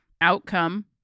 outcome